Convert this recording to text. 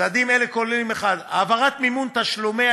צעדים אלה כוללים: העברת מימון תשלומי